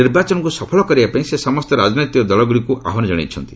ନିର୍ବାଚନକୁ ସଫଳ କରାଇବାପାଇଁ ସେ ସମସ୍ତ ରାଜନୈତିକ ଦଳଗୁଡ଼ିକୁ ଆହ୍ୱାନ କରିଛନ୍ତି